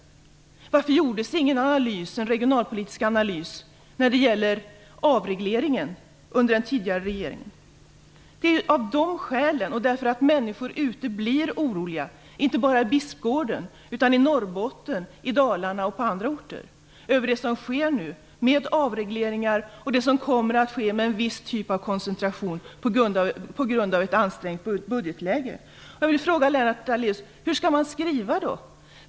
Varför gjordes ingen regionalpolitisk analys när det gäller avregleringen under den tidigare regeringen? Det är av de skälen som jag vill vara tydlig och för att människor blir oroliga över det som nu sker med avregleringar och det som kommer att ske med en viss typ av koncentration på grund av ett ansträngt budgetläge. Det gäller inte bara människor i Bispgården utan även i Norrbotten, Dalarna och på andra orter. Jag vill fråga Lennart Daléus: Hur skall man skriva då?